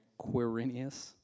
Quirinius